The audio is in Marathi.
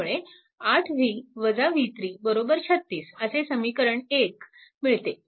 त्यामुळे 8 v v3 36 असे समीकरण 1 मिळते